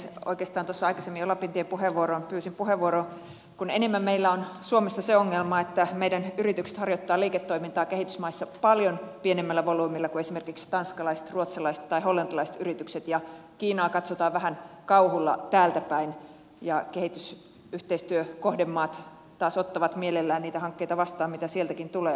oikeastaan jo tuossa aikaisemmin lapintien puheenvuoroon pyysin puheenvuoroa kun enemmän meillä suomessa on se ongelma että meidän yrityksemme harjoittavat liiketoimintaa kehitysmaissa paljon pienemmällä volyymillä kuin esimerkiksi tanskalaiset ruotsalaiset tai hollantilaiset yritykset ja kiinaa katsotaan vähän kauhulla täältäpäin ja kehitysyhteistyökohdemaat taas ottavat mielellään niitä hankkeita vastaan mitä sieltäkin tulee